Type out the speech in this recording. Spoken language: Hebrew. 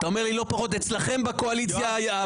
אתה אומר לי לא פחות אצלכם בקואליציה הישנה,